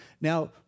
Now